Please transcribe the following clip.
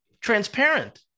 transparent